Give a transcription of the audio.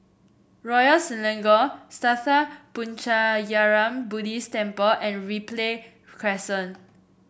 Royal Selangor Sattha Puchaniyaram Buddhist Temple and Ripley Crescent